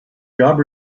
job